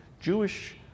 Jewish